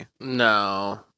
No